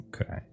Okay